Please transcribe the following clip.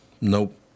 Nope